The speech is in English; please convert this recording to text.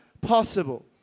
possible